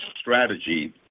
strategy